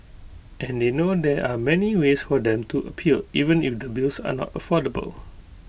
and they know there are many ways for them to appeal even if the bills are not affordable